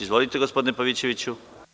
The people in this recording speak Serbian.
Izvolite, gospodine Pavićeviću.